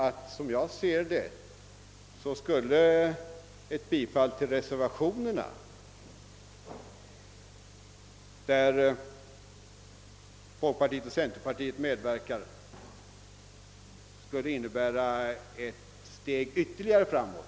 Men som jag ser saken skulle ett bifall till de reservationer, till vilka folkpartiet och centerpartiet medverkat, innebära ytterligare ett steg framåt.